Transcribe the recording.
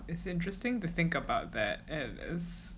it's interesting to think about that yeah it is